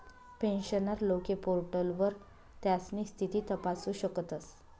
pensioner लोके पोर्टलवर त्यास्नी स्थिती तपासू शकतस